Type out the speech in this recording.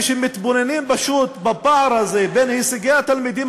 כשמתבוננים בפער הזה בין הישגי התלמידים